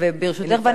ברשותך.